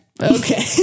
Okay